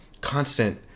constant